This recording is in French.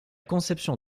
conception